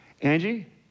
Angie